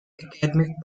academic